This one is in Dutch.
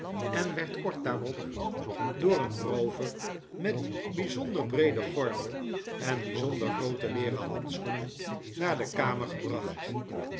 en werd kort daarop door een roover met bijzonder breeden gordel en bijzonder groote leeren handschoenen naar de kamer gebracht